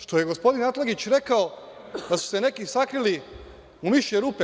Što je gospodin Atlagić rekao da su se neki sakrili u mišje rupe?